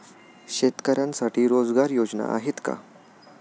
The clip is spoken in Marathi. शेतकऱ्यांसाठी रोजगार योजना आहेत का?